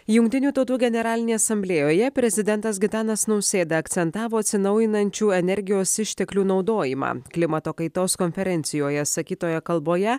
jungtinių tautų generalinėje asamblėjoje prezidentas gitanas nausėda akcentavo atsinaujinančių energijos išteklių naudojimą klimato kaitos konferencijoje sakytoje kalboje